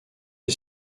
est